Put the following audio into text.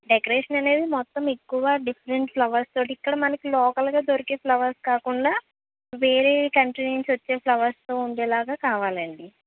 decoration అనేది మొత్తం ఎక్కువ డిఫరెంట్ ఫ్లవర్స్ తోటే ఇక్కడ మనకి లోకల్ గా దొరికే ఫ్లవర్స్ కాకుండా వేరే కంట్రీ నుంచి వచ్చే ఫ్లవర్స్ తో ఉండేలాగా కావాలండి